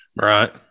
Right